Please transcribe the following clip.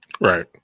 Right